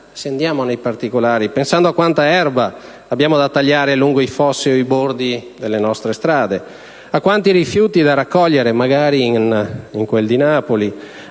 scendendo nei particolari, pensiamo a quanta erba abbiamo da tagliare lungo i fossi o i bordi delle nostre strade, a quanti rifiuti da raccogliere, magari in quel di Napoli,